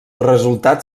resultat